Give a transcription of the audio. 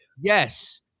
Yes